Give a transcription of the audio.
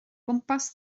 gwmpas